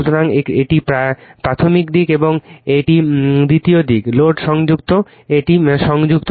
সুতরাং এটি প্রাথমিক দিক এবং এটি দ্বিতীয় দিক লোড সংযুক্ত একটি লোড সংযুক্ত